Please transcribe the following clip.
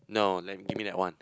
no then give me that one